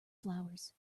flowers